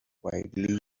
widely